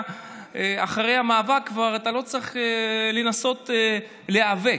שאחרי המאבק אתה כבר לא צריך לנסות להיאבק,